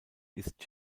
ist